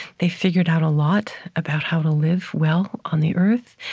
they've figured out a lot about how to live well on the earth,